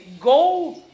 go